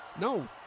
No